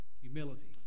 humility